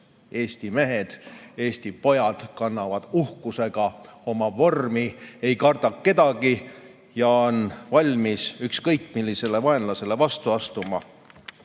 Eesti mehed, Eesti pojad kannavad uhkusega oma vormi, ei karda kedagi ja on valmis ükskõik millisele vaenlasele vastu astuma.